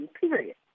Period